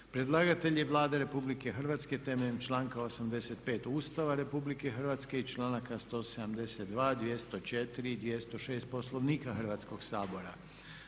Predlagatelj je Vlada RH temeljem članka 85. Ustava RH i članaka 172, 204, 206 Poslovnika Hrvatskog sabora.